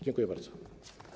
Dziękuję bardzo.